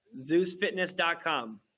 ZeusFitness.com